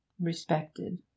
respected